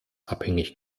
abhängig